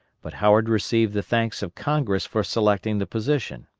but howard received the thanks of congress for selecting the position.